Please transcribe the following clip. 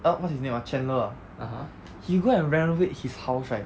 what what's his name ah chandler ah go he go renovate his house right